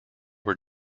were